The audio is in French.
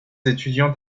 étudiants